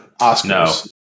Oscars